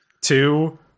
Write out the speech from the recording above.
two